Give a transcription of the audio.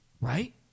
right